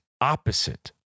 opposite